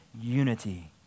unity